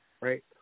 right